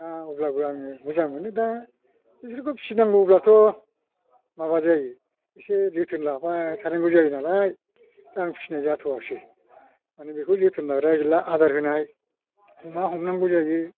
दा अब्लाबो आङो मोजां मोनो दा बिसोरखौ फिसिनांगौब्लाथ' माबा जायो एसे जोथोन लाबाय थानांगौ जायो नालाय दा आं फिसिनाय जाथ'आसै माने बेखौ जोथोन लाग्रा गैला आदार होनाय गुमा हमनांगौ जायो